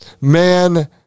man